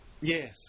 Yes